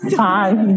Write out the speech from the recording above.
time